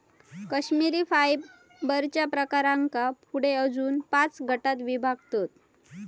कश्मिरी फायबरच्या प्रकारांका पुढे अजून पाच गटांत विभागतत